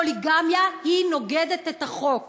פוליגמיה נוגדת את החוק,